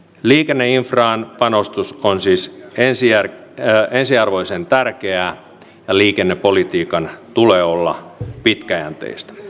liikenneinfraan panostus on siis ensiarvoisen tärkeää ja liikennepolitiikan tulee olla pitkäjänteistä